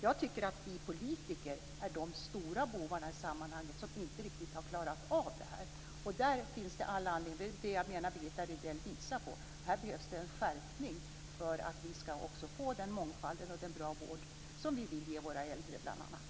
Jag tycker att vi politiker är de stora bovarna i sammanhanget som inte riktigt har klarat av det här. Det är det jag menar att Birgitta Rydell visar på. Här behövs det en skärpning för att vi ska få den mångfald och den goda vård som vi vill ge bl.a. våra äldre.